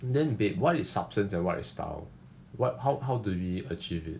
then babe what is substance and what is style what how how do we achieve it